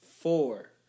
four